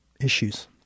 issues